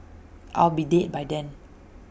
I'll be dead by then